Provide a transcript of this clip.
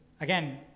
again